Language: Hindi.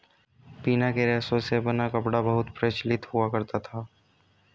पिना के रेशे से बना कपड़ा बहुत प्रचलित हुआ करता था